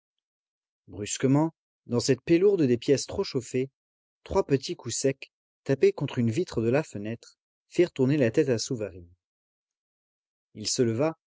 brusquement dans cette paix lourde des pièces trop chauffées trois petits coups secs tapés contre une vitre de la fenêtre firent tourner la tête à souvarine il se leva